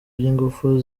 by’ingufu